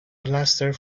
plaster